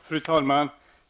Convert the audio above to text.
Fru talman!